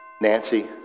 Nancy